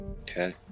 Okay